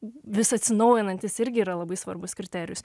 vis atsinaujinantis irgi yra labai svarbus kriterijus